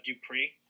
Dupree